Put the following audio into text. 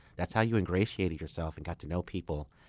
that's how you ingratiated yourself and got to know people.